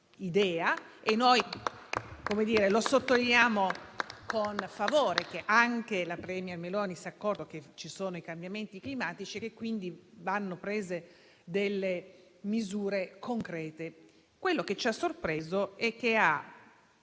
e noi sottolineiamo con favore che anche la *premier* Meloni si sia accorta che ci sono i cambiamenti climatici e che quindi vanno prese delle misure concrete. Quello che ci ha sorpreso è che ha